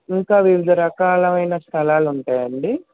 ఇంకా వివిధ రకాలు అయిన స్థలాలు ఉంటాయండి